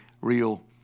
real